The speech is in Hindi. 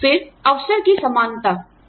फिर अवसर की समानता